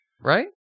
Right